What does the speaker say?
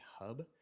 Hub